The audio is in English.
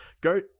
go